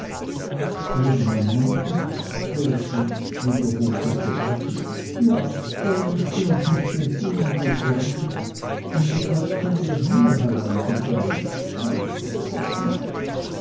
wo mama ist davy wiederholte peggotty ja warum ist sie uns nicht entgegengekommen und weshalb sind wir hier hereingegangen ach